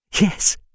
Yes